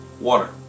water